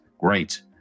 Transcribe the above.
great